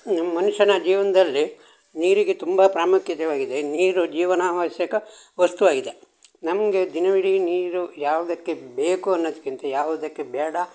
ನಮ್ಮ ಮನುಷ್ಯನ ಜೀವನದಲ್ಲಿ ನೀರಿಗೆ ತುಂಬ ಪ್ರಾಮುಖ್ಯತೆಯಾಗಿದೆ ನೀರು ಜೀವನ ಅವಶ್ಯಕ ವಸ್ತು ಆಗಿದೆ ನಮಗೆ ದಿನವಿಡೀ ನೀರು ಯಾವುದಕ್ಕೆ ಬೇಕು ಅನ್ನೋದ್ಕಿಂತ ಯಾವುದಕ್ಕೆ ಬೇಡ